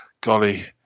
golly